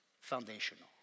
foundational